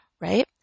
Right